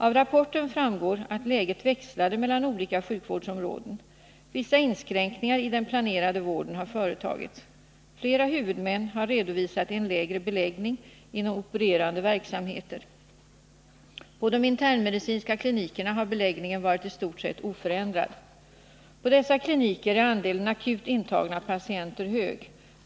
Av rapporten framgår att läget växlade mellan olika sjukvårdsområden. Vissa inskränkningar i den planerade vården har företagits. Flera huvudmän har redovisat en lägre beläggning inom opererande verksamheter. På de internmedicinska klinikerna har beläggningen varit i stort sett oförändrad. På dessa kliniker är andelen akut intagna patienter hög.